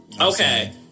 okay